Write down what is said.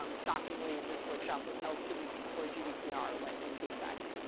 um shockingly, this workshop was held two weeks before gdpr went into effect.